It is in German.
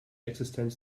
existenz